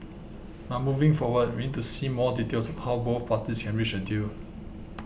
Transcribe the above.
but moving forward we need to see more details how both parties can reach a deal